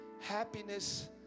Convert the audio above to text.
Happiness